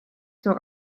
çok